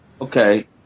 Okay